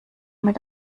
mit